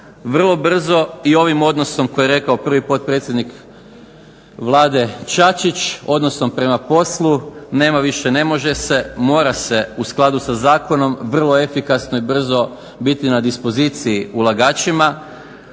vrlo brzo i ovim odnosom koji je rekao prvi potpredsjednik Vlade Čačić odnosom prema poslu. Nema više ne može se. Mora se u skladu sa zakonom vrlo efikasno i brzo biti na dispoziciji ulagačima.